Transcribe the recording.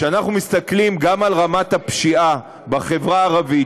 כשאנחנו מסתכלים גם על רמת הפשיעה בחברה הערבית,